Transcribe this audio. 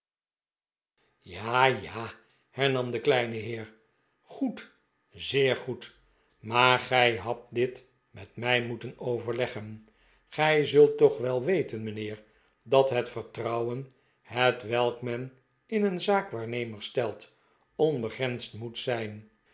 ja ja hernam de kleine heer goed zeer goed maar gij hadt dit met mij moeten overleggen gij zult toch wet weten mijnheer dat het vertrouwen hetwelk men in een zaakwaarnemer stelt onbegrensd moet zijn